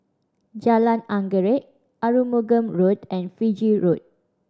Jalan Anggerek Arumugam Road and Fiji Road